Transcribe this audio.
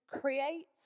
create